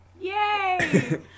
Yay